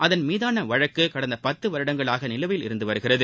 அதன் மீதாள வழக்கு கடந்த பத்து வருடங்களாக நிலுவையில் இருந்து வருகிறது